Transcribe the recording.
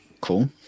cool